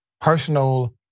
personal